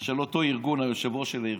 של אותו ארגון או היושב-ראש של הארגון.